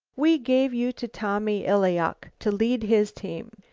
we gave you to tommy illayok to lead his team.